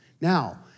Now